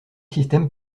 système